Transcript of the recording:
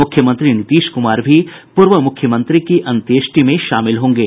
मुख्यमंत्री नीतीश कुमार भी पूर्व मुख्यमंत्री की अंत्येष्टि में शामिल होंगे